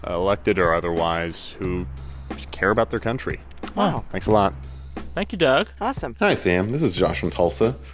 elected or otherwise, who care about their country wow thanks a lot thank you, doug awesome hi, sam. this is josh from tulsa.